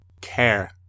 care